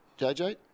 JJ